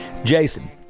Jason